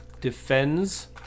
defends